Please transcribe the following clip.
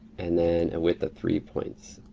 and then a width of three points.